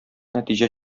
нәтиҗә